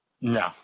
No